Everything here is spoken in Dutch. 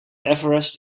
everest